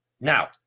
Now